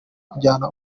kujyana